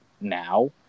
now